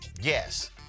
Yes